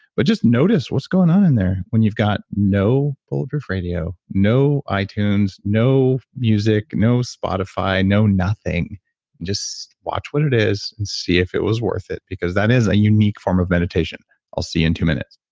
but just notice what's going on in there when you've got no bulletproof radio, no ah itunes, no music, no spotify, no nothing, and just watch what it is, and see if it was worth it, because that is a unique form of meditation i'll see you in two minutes